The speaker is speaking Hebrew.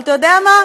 אבל אתה יודע מה,